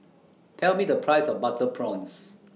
Tell Me The Price of Butter Prawns